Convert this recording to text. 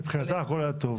מבחינתה הכול היה טוב.